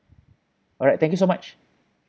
alright thank you so much